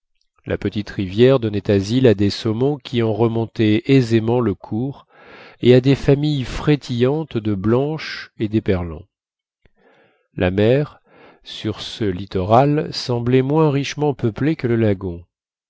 la petite rivière donnait asile à des saumons qui en remontaient aisément le cours et à des familles frétillantes de blanches et d'éperlans la mer sur ce littoral semblait moins richement peuplée que le lagon